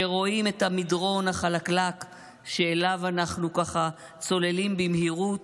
שרואים את המדרון החלקלק שאליו אנחנו צוללים במהירות,